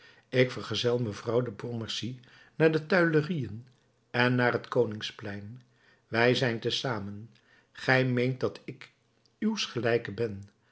ik vergezel mevrouw de pontmercy naar de tuilerieën en naar het koningsplein wij zijn te zamen gij meent dat ik uwsgelijke ben